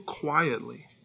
quietly